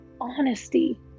honesty